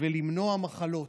ולמנוע מחלות.